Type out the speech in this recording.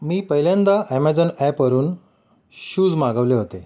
मी पहिल्यांदा ॲमेझॉन ॲपवरून शूज मागवले होते